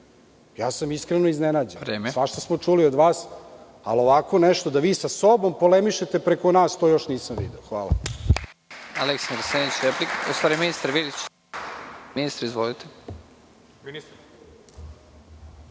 sam iznenađen. Svašta smo čuli od vas, ali ovako nešto, da vi sa sobom polemišete preko nas, to još nisam video. Hvala.